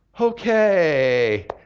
okay